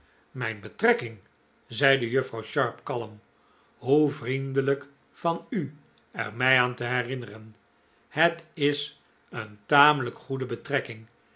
mijn betrekking zeide juffrouw sharp kalm hoe vriendelijk van u er mij aan te herinneren het is een tamelijk goede betrekking